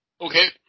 Okay